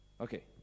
Okay